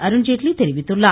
அருண்ஜேட்லி தெரிவித்துள்ளார்